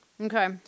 Okay